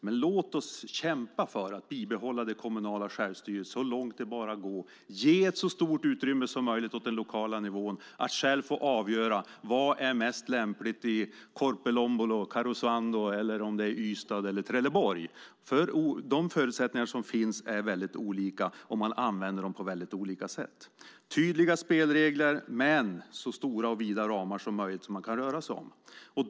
Men låt oss kämpa för att bibehålla det kommunala självstyret så långt det bara går. Ge ett så stort utrymme som möjligt åt den lokala nivån att själv få avgöra vad som är mest lämpligt i Korpilombolo, i Karesuando, i Ystad eller i Trelleborg. De förutsättningar som finns är väldigt olika, och man använder dem på väldigt olika sätt. Tydliga spelregler, men så stora och vida ramar som möjligt som man kan röra sig inom.